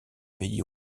pays